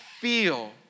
feel